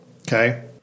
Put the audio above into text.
Okay